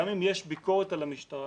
גם אם יש ביקורת על המשטרה